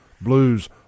blues